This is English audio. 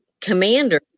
commander